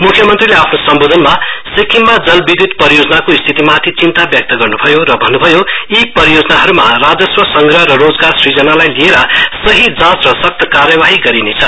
मुख्यमन्त्रीले आफ्नो सम्बोधनमा सिक्किममा जलविद्य्त परियोजनाको स्थितिमाथि चिन्ता व्यक्त गर्न् भयो र भन्न्भयो यी परियोजनाहरूमा राजस्व संग्रह र रोजगार सिर्जनालाई लिएर सही जाँच र सक्त कार्वाही गरिनेछ